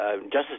Justice